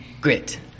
Grit